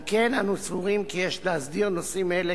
על כן אנו סבורים כי יש להסדיר נושאים אלה